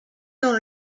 dans